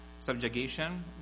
subjugation